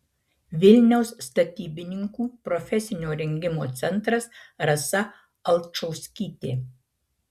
vilniaus statybininkų profesinio rengimo centras rasa alčauskytė